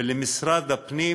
ולמשרד הפנים